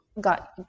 got